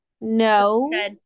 No